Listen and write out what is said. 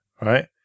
right